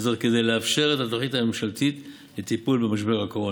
וזאת כדי לאפשר את התוכנית הממשלתית לטיפול במשבר הקורונה.